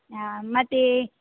ಆಂ ಮತ್ತು